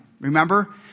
Remember